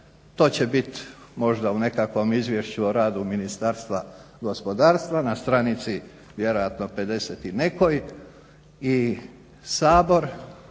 To će bit možda u nekakvom izvješću o radu Ministarstva gospodarstva na stranici vjerojatno 50 i nekoj i Sabor